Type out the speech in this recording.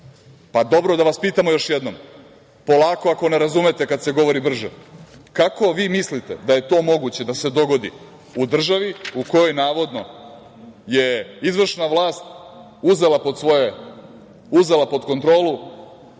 Dobro, da vas pitamo još jednom, polako ako ne razumete ako se govori brže, kako vi mislite da je moguće da se dogodi u državi u kojoj je navodno izvršna vlast uzela pod svoje,